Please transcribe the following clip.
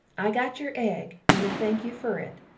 i got your egg and i thank you fer it,